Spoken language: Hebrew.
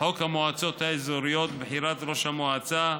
וחוק המועצות האזוריות (בחירת ראש המועצה),